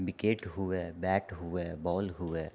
wicket हुए bat हुए ball हुए